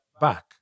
back